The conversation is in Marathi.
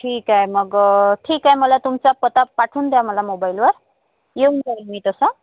ठीक आहे मग ठीक आहे मला तुमचा पत्ता पाठवून द्या मला मोबाईलवर येऊन जाईल मी तसं